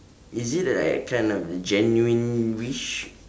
is it the like kind of the genuine wish